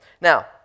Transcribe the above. Now